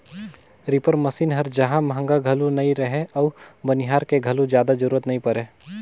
reaper machine हर जहां महंगा घलो नई रहें अउ बनिहार के घलो जादा जरूरत नई परे